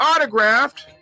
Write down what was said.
autographed